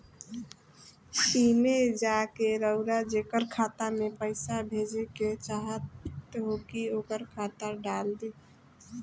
एईमे जा के रउआ जेकरा खाता मे पईसा भेजेके चाहत होखी ओकर खाता डाल दीं